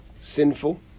sinful